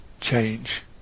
change